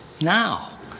now